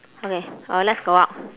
okay uh let's go out